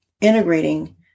integrating